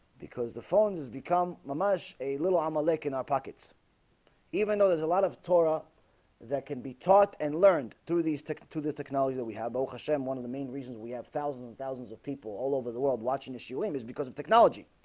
because the phone has become my mosh a little i'm awake in our pockets even though there's a lot of torah that can be taught and learned through these two this technology that we have oh hashem one of the main reasons we have thousands and thousands of people all over the world watching this you aim is because of technology